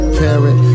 parent